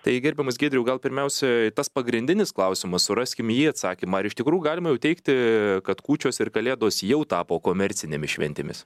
tai gerbiamas giedriau gal pirmiausia tas pagrindinis klausimas suraskim į jį atsakymą ar iš tikrųjų galima jau teigti kad kūčios ir kalėdos jau tapo komercinėmis šventėmis